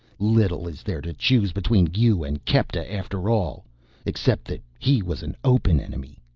little is there to choose between you and kepta, after all except that he was an open enemy!